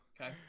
Okay